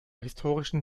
historischen